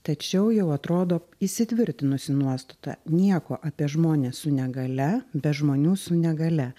tačiau jau atrodo įsitvirtinusi nuostata nieko apie žmones su negalia be žmonių su negalia